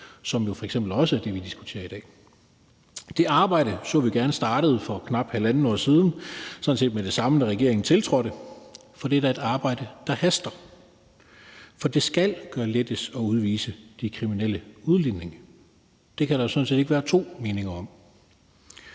f.eks. også det, vi diskuterer i dag. Det arbejde havde vi gerne set startet for knap halvandet år siden – sådan set med det samme, da regeringen tiltrådte – for det er da et arbejde, der haster. For det skal gøres lettere at udvise de kriminelle udlændinge. Det kan der sådan set ikke være to meninger om.